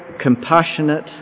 compassionate